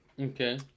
okay